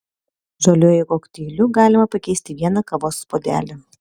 žaliuoju kokteiliu galima pakeisti vieną kavos puodelį